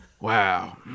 Wow